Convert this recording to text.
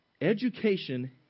Education